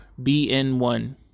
bn1